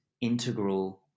Integral